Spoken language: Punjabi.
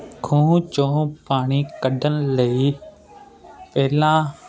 ਖੂਹ ਚੋ ਪਾਣੀ ਕੱਢਣ ਲਈ ਪਹਿਲਾਂ